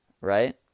Right